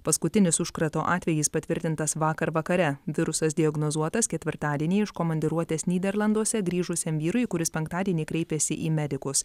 paskutinis užkrato atvejis patvirtintas vakar vakare virusas diagnozuotas ketvirtadienį iš komandiruotės nyderlanduose grįžusiam vyrui kuris penktadienį kreipėsi į medikus